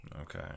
Okay